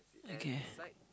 okay